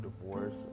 divorce